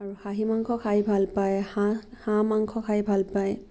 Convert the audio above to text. আৰু খাহী মাংস খাই ভাল পায় হাঁহ হাঁহ মাংস খাই ভাল পায়